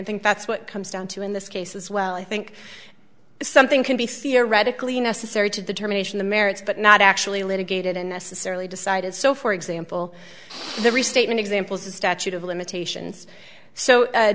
think that's what comes down to in this case as well i think something can be see a radically necessary to the determination the merits but not actually litigated and necessarily decided so for example the restatement examples the statute of limitations so